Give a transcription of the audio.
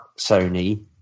Sony